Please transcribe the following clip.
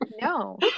No